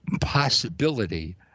possibility